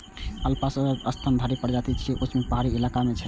alpaca स्तनधारी प्रजाति छियै, जे ऊंच पहाड़ी इलाका मे रहै छै